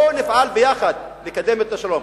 בואו נפעל יחד לקדם את השלום.